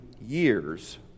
years